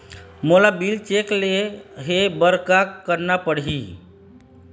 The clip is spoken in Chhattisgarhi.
मोला बिल चेक ले हे बर का करना पड़ही ही?